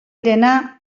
rena